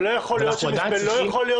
לא יכול להיות